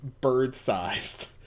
bird-sized